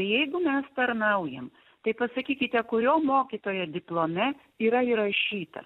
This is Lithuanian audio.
jeigu mes tarnaujam tai pasakykite kurio mokytojo diplome yra įrašyta